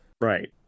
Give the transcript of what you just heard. Right